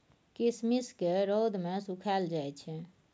किशमिश केँ रौद मे सुखाएल जाई छै